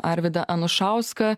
arvydą anušauską